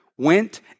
went